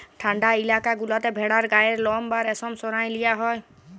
ঠাল্ডা ইলাকা গুলাতে ভেড়ার গায়ের লম বা রেশম সরাঁয় লিয়া হ্যয়